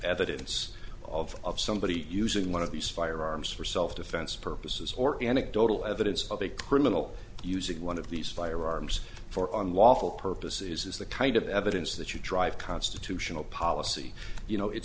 evidence of somebody using one of these firearms for self defense purposes or anecdotal evidence of a criminal using one of these firearms for unlawful purposes is the kind of evidence that you drive constitution policy you know it